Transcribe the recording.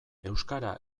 euskara